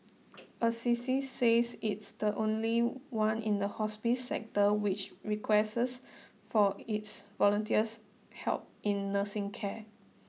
Assisi says it's the only one in the hospice sector which requests for its volunteers help in nursing care